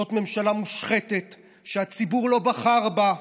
זאת ממשלה מושחתת שהציבור לא בחר בה,